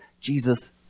Jesus